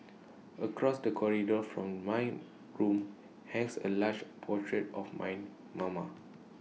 across the corridor from my room hangs A large portrait of my mama